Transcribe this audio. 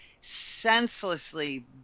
senselessly